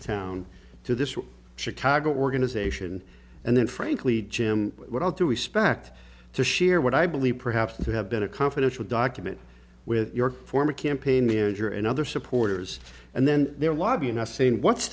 town to this chicago organization and then frankly jim what all due respect to share what i believe perhaps you have been a confidential document with your former campaign manager and other supporters and then they're lobbying us saying what's